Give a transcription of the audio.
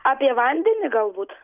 apie vandenį galbūt